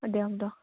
অঁ দেওঁ দিয়ক